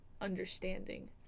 understanding